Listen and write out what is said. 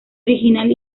original